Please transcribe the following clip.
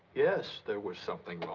yes, there was something wrong.